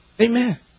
Amen